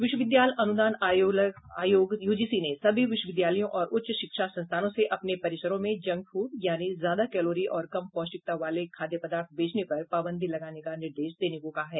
विश्वविद्यालय अनुदान आयोग यूजीसी ने सभी विश्वविद्यालयों और उच्च शिक्षा संस्थानों से अपने परिसरों में जंक फूड यानि ज्यादा कैलोरी और कम पौष्टिकता वाले खाद्य पदार्थ बेचने पर पाबंदी लगाने का निर्देश देने को कहा है